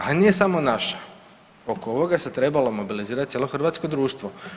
Ali nije samo naša, oko ovoga se trebalo mobilizirat cijelo hrvatsko društvo.